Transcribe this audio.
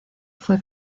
fue